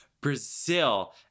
Brazil